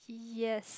yes